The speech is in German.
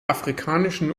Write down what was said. afrikanischen